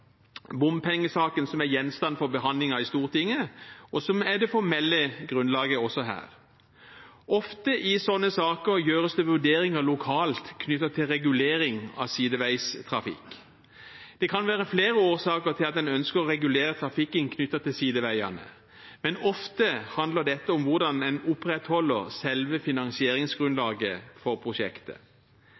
som er gjenstand for behandlingen i Stortinget, og som er det formelle grunnlaget også her. Ofte i sånne saker gjøres det vurderinger lokalt knyttet til regulering av sideveistrafikk. Det kan være flere årsaker til at en ønsker å regulere trafikken knyttet til sideveiene, men ofte handler dette om hvordan en opprettholder selve finansieringsgrunnlaget for prosjektet.